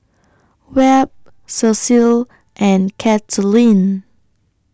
Webb Cecil and Katelynn